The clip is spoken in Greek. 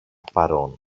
παρών